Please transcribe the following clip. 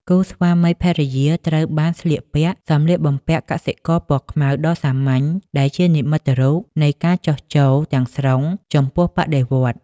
គូស្វាមីភរិយាត្រូវបានស្លៀកពាក់សម្លៀកបំពាក់កសិករពណ៌ខ្មៅដ៏សាមញ្ញដែលជានិមិត្តរូបនៃការចុះចូលទាំងស្រុងចំពោះបដិវត្តន៍។